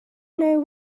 know